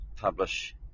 publish